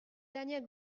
daniel